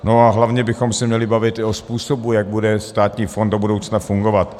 A hlavně bychom se měli bavit i o způsobu, jak bude státní fond do budoucna fungovat.